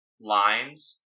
lines